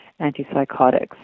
antipsychotics